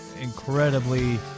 incredibly